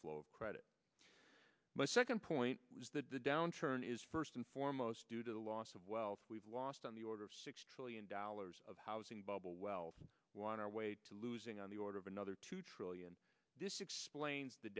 flow of credit my second point was that the downturn is first and foremost due to the loss of wealth we've lost on the order of six trillion dollars of housing bubble wealth one our way to losing on the order of another two trillion this explains the